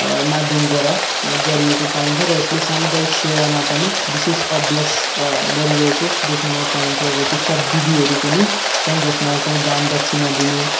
माध्यमद्वारा यहाँ गरिएको पाइन्छ र यसले सामुदायिक सेवामा पनि विशेष अभ्यास गरिरहेको देख्नमा पाइन्छ र त्यस्ता विधिहरू पनि छन् जसमा चाहिँ दान दक्षिणा दिने